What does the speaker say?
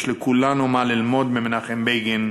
יש לכולנו מה ללמוד ממנחם בגין,